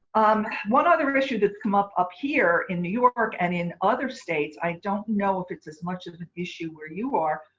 um one other issue that's come up up here in new york and in other states, i don't know if it's as much of an issue where you are,